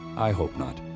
i hope not.